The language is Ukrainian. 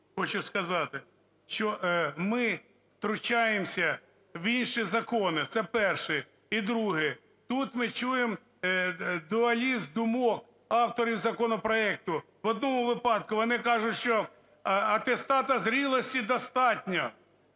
хочу сказати, що ми втручаємося в інші закони. Це перше. І друге. Тут ми чуємо дуалізм думок авторів законопроекту. В одному випадку вони кажуть, що атестату зрілості достатньо,